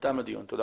תם הדיון, תודה